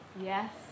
Yes